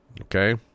okay